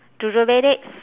red dates